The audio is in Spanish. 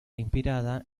inspirada